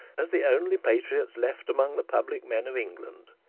as the only patriots left among the public men of england.